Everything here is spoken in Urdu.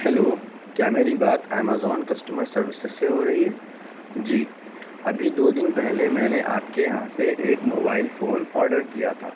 ہیلو کیا میری بات ایمازون کسٹمر سروسس سے ہو رہی ہے جی ابھی دو دن پہلے میں نے آپ کے یہاں سے ایک موبائل فون آڈر کیا تھا